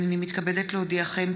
הינני מתכבדת להודיעכם,